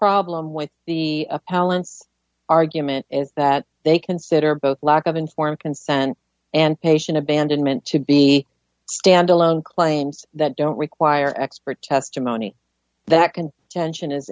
problem with the appellant's argument is that they consider both lack of informed consent and patient abandonment to be standalone claims that don't require expert testimony that can be tension is